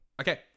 Okay